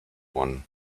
one